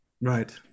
Right